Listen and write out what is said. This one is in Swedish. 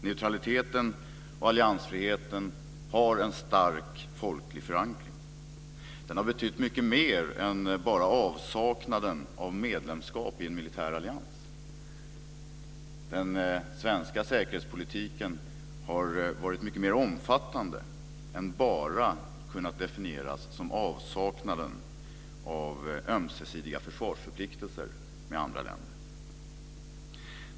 Neutraliteten och alliansfriheten har en stark folklig förankring. Det har betytt mycket mer än bara avsaknaden av medlemskap i en militär allians. Den svenska säkerhetspolitiken har varit mycket mer omfattande än att den bara har kunnat definieras som avsaknaden av ömsesidiga försvarsförpliktelser med andra länder.